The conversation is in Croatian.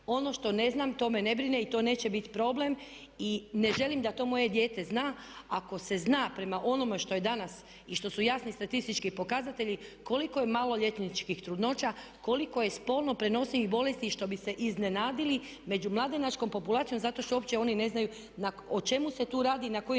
Ono što ne znam to me ne brine i to neće bit problem. I ne želim da to moje dijete zna. Ako se zna prema onome što je danas i što su jasni statistički pokazatelji koliko je malo maloljetničkih trudnoća, koliko je spolno prenosivih bolesti i što bi se iznenadili među mladenačkom populacijom zato što uopće oni ne znaju o čemu se tu radi i na koji način